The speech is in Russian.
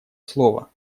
слова